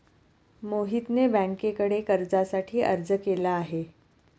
मोहितने बँकेकडे कर्जासाठी अर्ज केला आहे